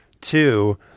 two